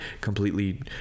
completely